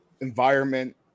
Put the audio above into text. environment